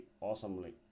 awesomely